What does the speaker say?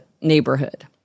neighborhood